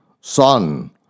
Son